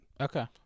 Okay